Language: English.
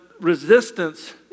resistance